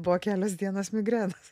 buvo kelios dienos migrenos